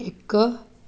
ଏକ